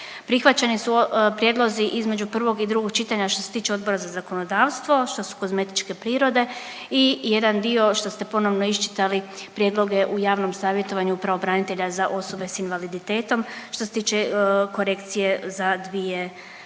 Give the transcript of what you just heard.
Prihvaćeni su prijedlozi između prvog i drugog čitanja što se tiče Odbora za zakonodavstvo, što su kozmetičke prirode i jedan dio što ste ponovno iščitali prijedloge u javnom savjetovanju pravobranitelja za osobe s invaliditetom što se tiče korekcije za dvije kategorizacije korisnika